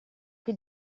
che